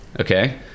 Okay